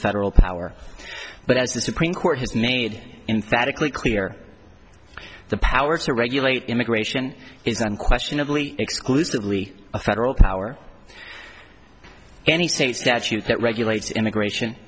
federal power but as the supreme court has made in phatic lee clear the power to regulate immigration is unquestionably exclusively a federal power any state statute that regulates immigration